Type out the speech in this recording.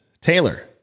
Taylor